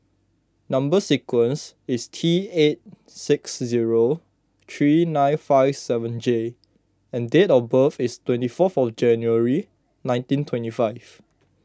Number Sequence is T eight six zero three nine five seven J and date of birth is twenty four for January nineteen twenty five